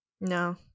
no